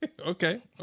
Okay